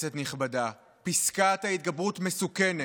כנסת נכבדה, פסקת ההתגברות מסוכנת.